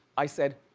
i said,